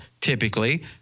typically